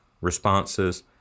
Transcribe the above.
responses